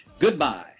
goodbye